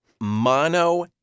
mono